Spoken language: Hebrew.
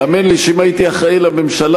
האמן לי שאם הייתי אחראי לממשלה,